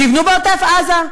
שיבנו בעוטף-עזה.